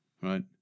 Right